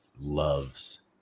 loves